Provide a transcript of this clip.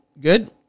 good